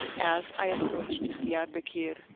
as i approached diarbekir,